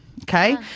Okay